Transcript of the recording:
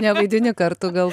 nevaidini kartu gal